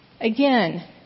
Again